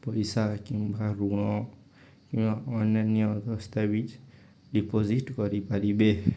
ପଇସା କିମ୍ବା ଋଣ କିମ୍ବା ଅନ୍ୟାନ୍ୟ ଦସ୍ତାବିଜ ଡିପୋଜିଟ୍ କରିପାରିବେ